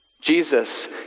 Jesus